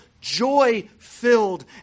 joy-filled